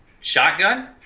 shotgun